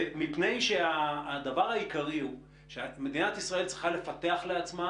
ומפני שהדבר העיקרי הוא שמדינת ישראל צריכה לפתח לעצמה